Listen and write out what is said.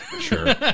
Sure